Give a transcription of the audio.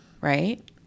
right